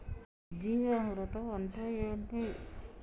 జీవామృతం అంటే ఏంటి?